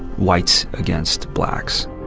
whites against blacks